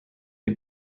des